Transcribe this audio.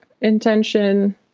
intention